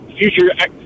future